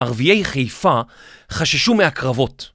ערביי חיפה חששו מהקרבות.